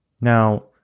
Now